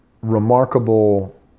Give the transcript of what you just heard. remarkable